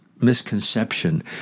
misconception